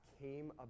came